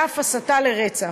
ואף הסתה לרצח.